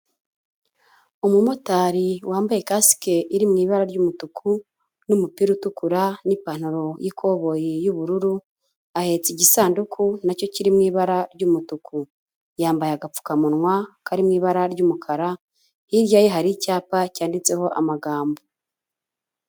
Umumotari wambaye kasike iri mu ibara ry'umutuku n'umupira utukura n'ipantaro y'ikoboyi y'ubururu, ahetse igisanduku na cyo kiri mu ibara ry'umutuku, yambaye agapfukamunwa kari mu ibara ry'umukara, hirya ye hari icyapa cyanditseho amagambo.